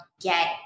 get